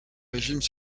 régimes